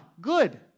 Good